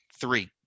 three